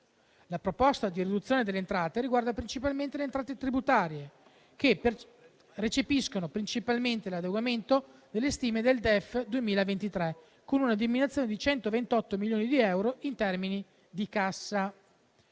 La proposta di riduzione delle entrate riguarda principalmente le entrate tributarie, che recepiscono principalmente l'adeguamento alle stime del DEF 2023, con una diminuzione di 128 milioni di euro in termini di cassa.